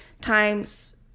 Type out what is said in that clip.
times